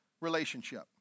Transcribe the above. relationship